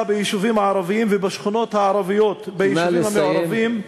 ביישובים הערביים ובשכונות הערביות ביישובים המעורבים,